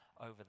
over